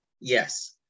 yes